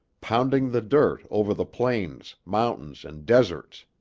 pounding the dirt over the plains, mountains, and deserts!